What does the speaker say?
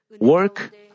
work